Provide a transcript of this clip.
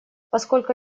поскольку